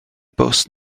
bws